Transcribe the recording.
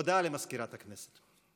הודעה למזכירת הכנסת.